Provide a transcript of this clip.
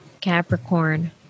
Capricorn